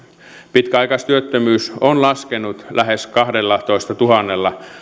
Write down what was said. pitkäaikaistyöttömyys on laskenut lähes kahdellatoistatuhannella